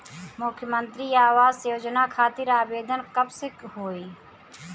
मुख्यमंत्री आवास योजना खातिर आवेदन कब से होई?